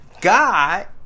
God